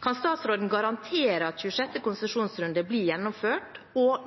Kan statsråden garantere at 26. konsesjonsrunde blir gjennomført?